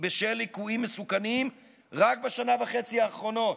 בשל ליקויים מסוכנים רק בשנה וחצי האחרונות,